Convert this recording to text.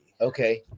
Okay